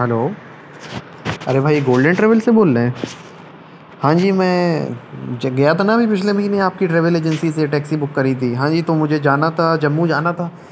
hello ارے بھائی golden travel سے بول رہے ہیں ہاں جی میں گیا تھا نا ابھی پچھلے مہینے آپ کی ٹریول ایجنسی سے ٹیکسی بک کری تھی ہاں جی تو مجھے جانا تھا جموں جانا تھا